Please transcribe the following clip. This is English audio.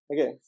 okay